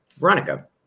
Veronica